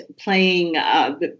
playing